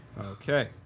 Okay